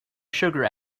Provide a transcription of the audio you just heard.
sugar